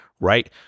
right